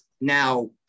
now